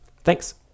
Thanks